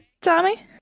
Tommy